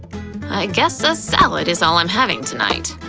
i guess a salad is all i'm having tonight.